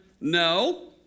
no